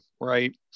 right